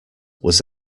was